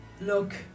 look